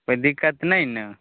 कोइ दिक्कत नहि ने